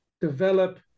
develop